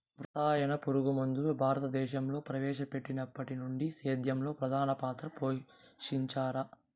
రసాయన పురుగుమందులు భారతదేశంలో ప్రవేశపెట్టినప్పటి నుండి సేద్యంలో ప్రధాన పాత్ర పోషించాయి